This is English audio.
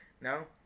No